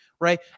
Right